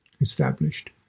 established